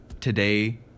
today